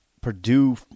Purdue